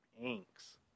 inks